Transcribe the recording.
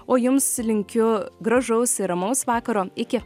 o jums linkiu gražaus ir ramaus vakaro iki